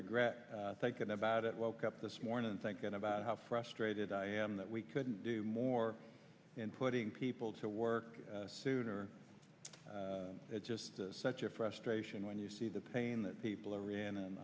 regret taken about it woke up this morning thinking about how frustrated i am that we couldn't do more in putting people to work sooner it's just such a frustrating when you see the pain that people are in